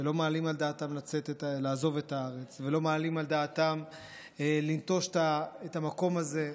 שלא מעלים על דעתם לעזוב את הארץ ולא מעלים על דעתם לנטוש את המקום הזה.